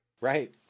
right